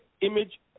image